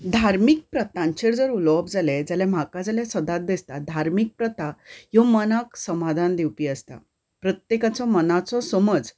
धार्मीक प्रथांचेर जर उलोवप जालें जाल्यार म्हाका जाल्यार सदांच दिसता धार्मीक प्रथा ह्यो मनांक समादान दिवपी आसता प्रत्येकाचो मनाचो समज